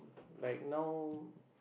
right now